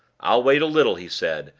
i'll wait a little, he said,